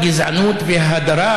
הגזענות וההדרה.